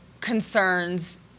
concerns